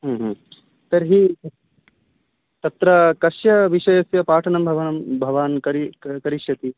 ह्म् ह्म् तर्हि तत्र कस्य विषयस्य पाठनं भवान् भवान् करि क करिष्यति